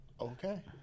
Okay